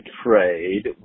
trade